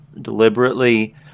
deliberately